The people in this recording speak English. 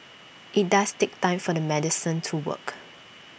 IT does take time for the medicine to work